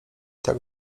tak